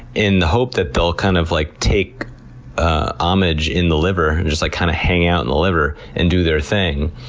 in the hope that they'll kind of like take ah homage in the liver and just, like kind of, hang out in the liver and do their thing.